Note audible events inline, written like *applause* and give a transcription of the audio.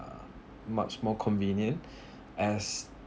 uh much more convenient *breath* as